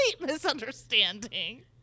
misunderstanding